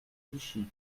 vichy